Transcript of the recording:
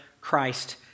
Christ